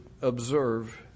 observe